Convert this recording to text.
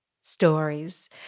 stories